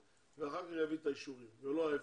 ואחר כך יביא את האישורים לא ההיפך.